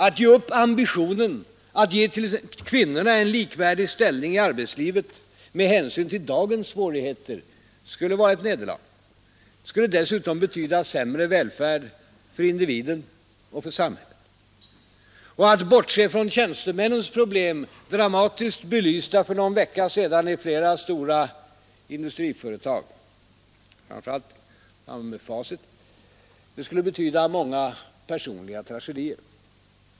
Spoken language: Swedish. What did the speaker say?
Att ge upp ambitionen att ge t.ex. kvinnorna en likvärdig ställning i arbetslivet med hänsyn till dagens svårigheter skulle vara ett nederlag. Det skulle dessutom betyda sämre välfärd för individen och för samhället. Att bortse från tjänstemännens problem — dramatiskt belysta för någon vecka sedan i flera stora industriföretag, framför allt Facit — skulle betyda många personliga tragedier.